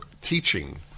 teaching